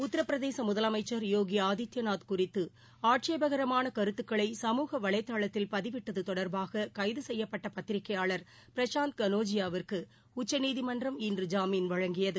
உத்திரபிரதேசமுதலமைச்சர் யோகிஆதித்யநாத் குறிததுஆட்சேபகரமானகருத்துக்களை சமூக வலைதளத்தில் பதிவிட்டதுதொடர்பாககைதுசெய்யப்பட்டபத்திரிகையாளர் பிரசாந்த் கனோஜியாவிற்குஉச்சநீதிமன்றம் இன்று ஜாமீன் வழங்கியது